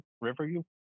Riverview